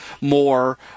more